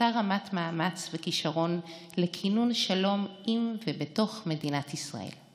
אותה רמת מאמץ וכישרון לכינון שלום עם ובתוך מדינת ישראל.